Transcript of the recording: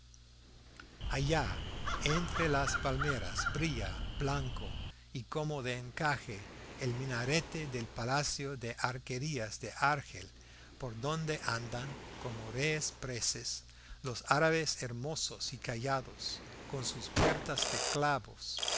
allá entre las palmeras brilla blanco y como de encaje el minarete del palacio de arquerías de argel por donde andan como reyes presos los árabes hermosos y callados con sus puertas de clavos